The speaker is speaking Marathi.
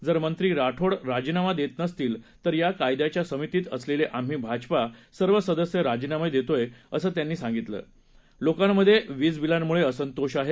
जर मंत्री राठोड राजीनामा देत नसतील तर या कायद्याच्या समितीत असलेले आम्ही भाजपा सर्व सदस्य राजीनामे देतोय असं त्यांनी सांगितलं लोकांमध्ये वीजबीलांमुळे असंतोष आहे